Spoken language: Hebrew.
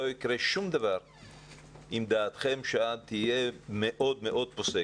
לא יקרה שום דבר אם דעתכם תהיה מאוד מאוד פוסקת,